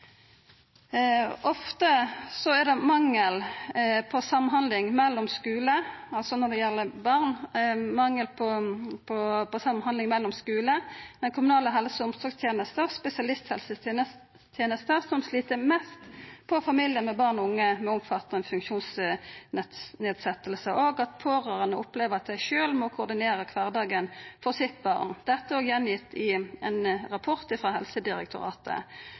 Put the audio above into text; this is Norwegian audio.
Når det gjeld barn, er det ofte mangel på samhandling mellom skule, den kommunale helse- og omsorgstenesta og spesialisthelsetenesta som slit mest på familiar med barn og unge med omfattande funksjonsnedsetjing, og at pårørande opplever at dei sjølve må koordinera kvardagen for sitt barn. Dette er òg formidla i ein rapport frå Helsedirektoratet.